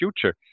future